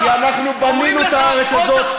כי אנחנו בנינו את הארץ הזאת,